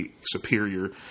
superior